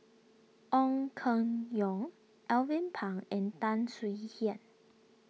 Ong Keng Yong Alvin Pang and Tan Swie Hian